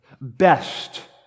best